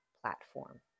platform